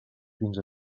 fins